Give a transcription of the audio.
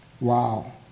Wow